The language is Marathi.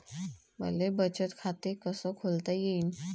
मले बचत खाते कसं खोलता येईन?